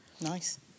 Nice